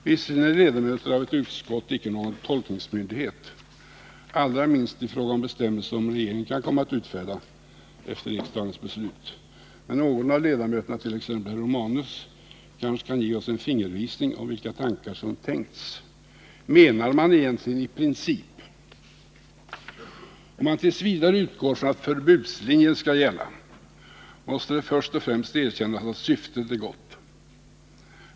Visserligen är ledamöter av ett utskott icke någon tolkningsmyndighet, allra minst i fråga om de bestämmelser som regeringen kan komma att utfärda efter riksdagens beslut, men någon av ledamöterna, t.ex. herr Romanus, kan kanske ge oss en fingervisning om vilka tankar som tänkts. Menar man egentligen i princip? Om man t. v. utgår från att förbudslinjen skall gälla måste det först och främst erkännas att syftet är gott.